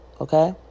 Okay